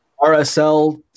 RSL